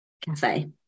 Cafe